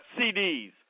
CDs